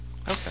Okay